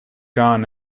gone